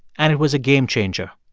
and it was a game changer.